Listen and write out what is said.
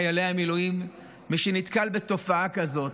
חיילי המילואים: מי שנתקל בתופעה כזאת,